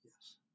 Yes